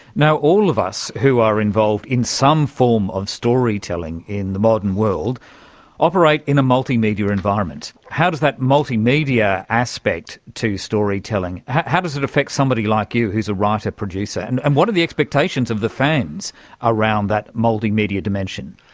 all of us who are involved in some form of storytelling in the modern world operate in a multimedia environment. how does that multimedia aspect to storytelling, how does it affect somebody like you who is a writer producer, and and what are the expectations of the fans around that multimedia dimension?